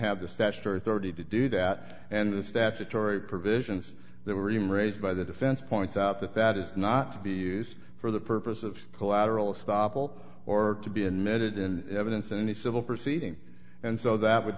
have this that thirty to do that and the statutory provisions that were him raised by the defense point out that that is not to be used for the purpose of collateral estoppel or to be admitted in evidence in any civil proceeding and so that would